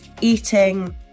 eating